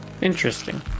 Interesting